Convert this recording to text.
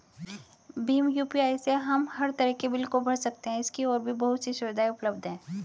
Bhim UPI से हम हर तरह के बिल को भर सकते है, इसकी और भी बहुत सी सुविधाएं उपलब्ध है